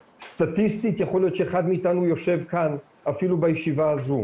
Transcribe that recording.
סטטיסטית יכול להיות שאחד מאתנו יושב כאן אפילו בישיבה הזו.